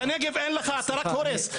אתה רק הורס.